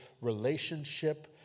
relationship